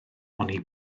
oni